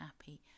happy